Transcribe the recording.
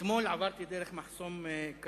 אתמול עברתי דרך מחסום קלנדיה